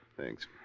Thanks